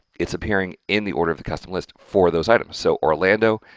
it's appearing in the order of the custom list for those items. so, orlando,